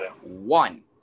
One